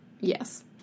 Yes